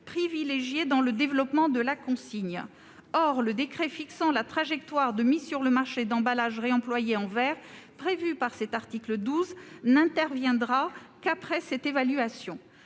privilégier dans le développement de la consigne, et le décret fixant la trajectoire de mise sur le marché d'emballages réemployés en verre, prévu par l'article 12, n'interviendra qu'après cette évaluation.